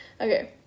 Okay